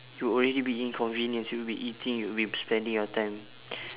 you already be inconvenience you will be eating you will be sp~ spending your time